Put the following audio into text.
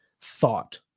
thought